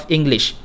English